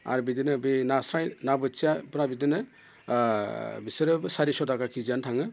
आरो बिदिनो बे नास्राय ना बोथियाफ्रा बिदिनो बिसोरो सारिस' थाखा खेजियानो थाङो